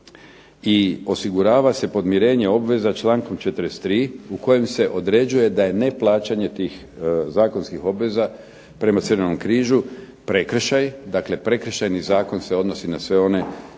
i osigurava se podmirenje obveza člankom 43. u kojem se određuje da je neplaćanje tih zakonskih obveza prema Crvenom križu prekršaj, dakle Prekršajni zakon se odnose na sve one koji